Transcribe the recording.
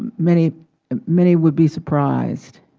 many um many would be surprised,